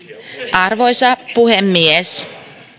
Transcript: arvoisa puhemies